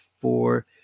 four